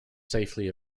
safely